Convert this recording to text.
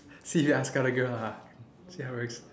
see if you ask out a girl ah see how it works